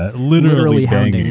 ah literally banging,